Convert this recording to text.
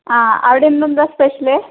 അവിടെ ഇന്ന് എന്താ സ്പെഷ്യല്